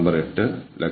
ഞാൻ ആരാധന മാലിക്